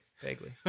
Vaguely